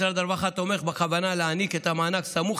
משרד הרווחה תומך בכוונה להעניק את המענק סמוך